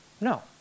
No